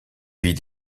vit